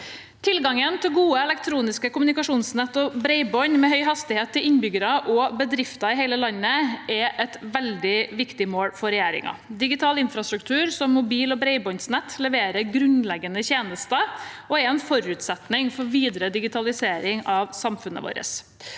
Tilgangen til gode elektroniske kommunikasjonsnett og bredbånd med høy hastighet til innbyggere og bedrifter i hele landet er et veldig viktig mål for regjeringen. Digital infrastruktur som mobil- og bredbåndsnett leverer grunnleggende tjenester og er en forutsetning for videre digitalisering av samfunnet vårt.